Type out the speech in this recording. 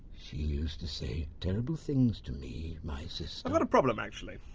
she used to say terrible things to me, my sister i've got a problem, actually.